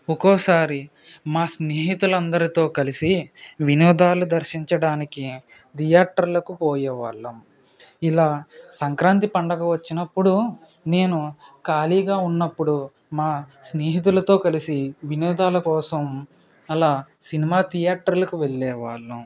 ఒక్కోసారి మా స్నేహితులు అందరితో కలిసి వినోదాలు దర్శించడానికి థియేటర్లకు పోయేవాళ్ళం ఇలా సంక్రాంతి పండుగ వచ్చినప్పుడు నేను ఖాళీగా ఉన్నప్పుడు మా స్నేహితులతో కలిసి వినోదాల కోసం అలా సినిమా థియేటర్లకు వెళ్ళే వాళ్ళం